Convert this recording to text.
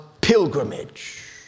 pilgrimage